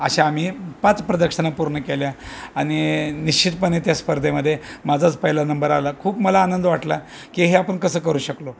अशा आम्ही पाच प्रदक्षिणा पूर्ण केल्या आणि निश्चितपणे त्या स्पर्धेमध्ये माझाच पहिला नंबर आला खूप मला आनंद वाटला की हे आपण कसं करू शकलो